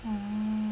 orh